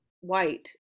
white